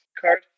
card